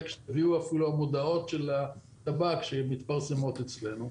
שהביאו המודעות של הטבק שמתפרסמות אצלנו.